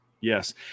yes